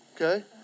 Okay